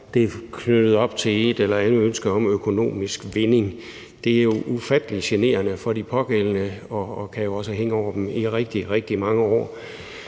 det er knyttet op til et eller andet ønske om økonomisk vinding. Det er jo ufattelig generende for de pågældende og kan jo også hænge over dem i rigtig, rigtig mange år.